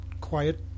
quiet